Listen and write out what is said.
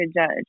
judge